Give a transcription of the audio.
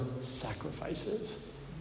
sacrifices